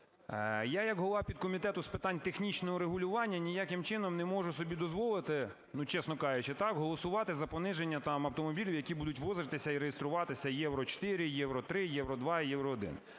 Я як голова підкомітету з питань технічного регулювання ніяким чином не можу собі дозволити, чесно кажучи, так голосувати за пониження автомобілів, які будуть ввозитися і реєструватися Євро-4, Євро-3, Євро-2 і Євро-1.